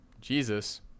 Jesus